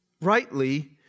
rightly